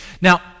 Now